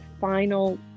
final